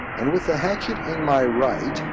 and with the hatchet in my right,